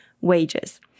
wages